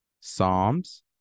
Psalms